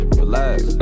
relax